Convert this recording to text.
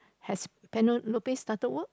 has Penelope started work